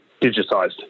digitized